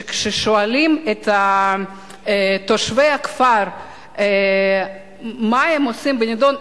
שכששואלים את תושבי הכפר מה הם עושים בנדון,